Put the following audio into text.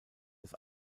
das